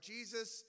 Jesus